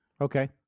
Okay